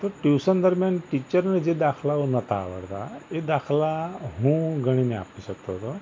તો ટ્યૂશન દરમિયાન ટીચરને જે દાખલાઓ નહોતા આવડતા એ દાખલા હું ગણીને આપી શકતો હતો